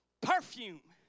Perfume